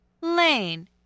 Lane